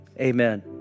Amen